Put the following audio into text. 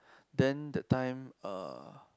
then that time uh